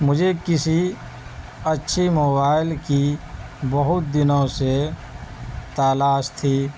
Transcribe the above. مجھے کسی اچھی موبائل کی بہت دنوں سے تلاش تھی